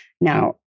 Now